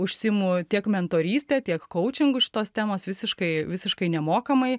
užsiimu tiek mentoryste tiek kaučingu šitos temos visiškai visiškai nemokamai